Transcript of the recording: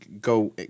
go